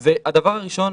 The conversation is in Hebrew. זה הדבר הראשון,